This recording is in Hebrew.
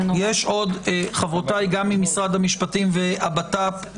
חברותיי ממשרד המשפטים והבט"פ,